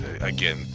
again